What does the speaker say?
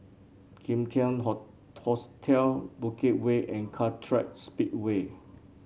Kim Tian Ho Hostel Bukit Way and Kartright Speedway